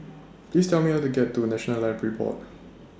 Please Tell Me How to get to National Library Board